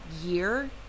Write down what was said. year